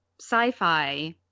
sci-fi